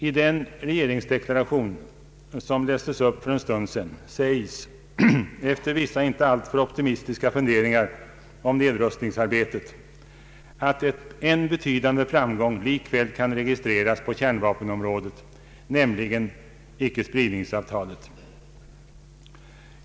I den regeringsdeklaration som lästes upp för en stund sedan sägs — efter vissa inte alltför optimistiska funderingar om nedrustningsarbetet — att en beiydande framgång likväl kan registreras på kärnvapenområdet, nämligen icke-spridningsavtalet.